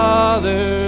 Father